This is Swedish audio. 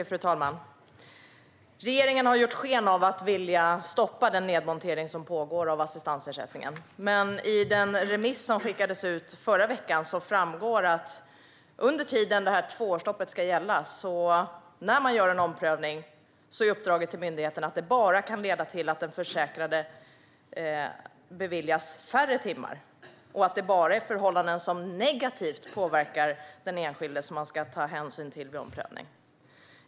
Fru talman! Regeringen har gjort sken av att vilja stoppa den nedmontering som pågår av assistansersättningen. Men i den remiss som skickades ut förra veckan framgår det att under tiden då tvåårsstoppet ska gälla är uppdraget till myndigheten, när man gör en omprövning, att det bara kan leda till att den försäkrade beviljas färre timmar. Och det är bara förhållanden som negativt påverkar den enskilde som man ska ta hänsyn till vid omprövningen.